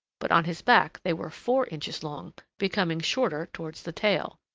but on his back they were four inches long, becoming shorter towards the tail.